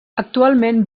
actualment